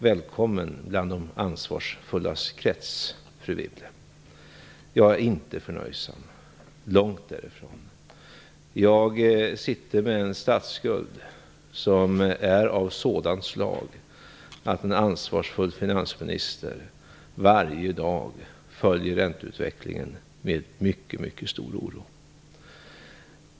Välkommen i de ansvarsfullas krets, fru Wibble! Jag är inte förnöjsam - långt därifrån. Jag sitter med en statsskuld som är av sådant slag att en ansvarsfull finansminister varje dag följer ränteutvecklingen med mycket stor oro.